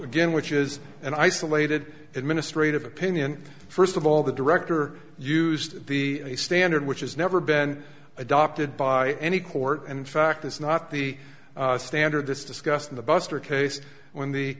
again which is an isolated administrative opinion first of all the director used the standard which has never been adopted by any court and in fact is not the standard this discussed in the buster case when the